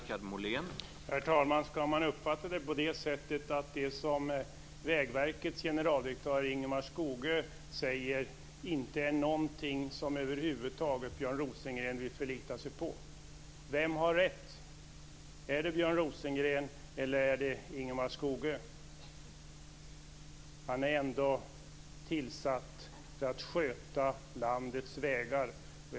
Herr talman! Ska man uppfatta det så att det som Vägverkets generaldirektör Ingemar Skogö säger inte är något som Björn Rosengren över huvud taget vill förlita sig på? Vem har rätt - Björn Rosengren eller Ingemar Skogö, som ändå är tillsatt för att sköta landets vägar?